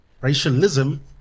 racialism